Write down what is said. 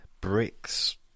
Bricks